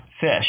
fish